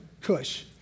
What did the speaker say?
Kush